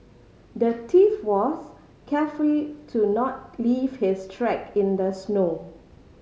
the thief was careful to not leave his track in the snow